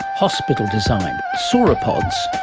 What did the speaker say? hospital design, sauropods.